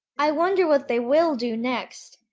i wonder what they will do next!